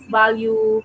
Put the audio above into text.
value